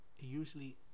usually